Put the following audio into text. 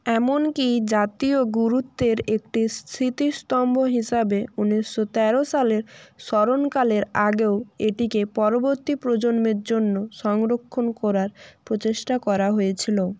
এমনকি জাতীয় গুরুত্বের একটি স্মৃতিস্তম্ভ হিসাবে উনিশশো তেরো সালের স্মরণকালের আগেও এটিকে পরবর্তী প্রজন্মের জন্য সংরক্ষণ করার প্রচেষ্টা করা হয়েছিলো